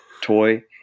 toy